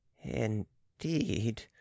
Indeed